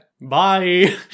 Bye